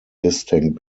distinct